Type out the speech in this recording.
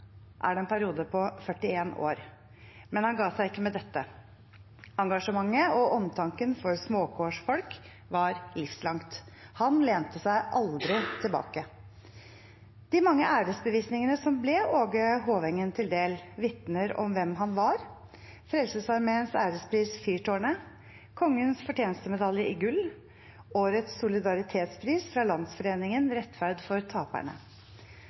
er det en periode på 41 år. Men han ga seg ikke med dette. Engasjementet og omtanken for småkårsfolk var livslangt. Han lente seg aldri tilbake. De mange æresbevisningene som ble Åge Hovengen til del, vitner om hvem han var: Frelsesarmeens ærespris Fyrtårnet, Kongens fortjenstmedalje i gull og årets solidaritetspris fra Landsforeningen Rettferd for Taperne.